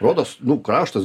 rodos nu kraštas